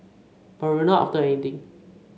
but we're not after anything